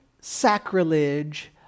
sacrilege